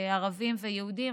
ערבים ויהודים.